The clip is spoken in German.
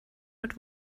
mit